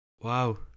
Wow